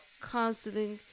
constantly